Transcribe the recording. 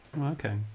Okay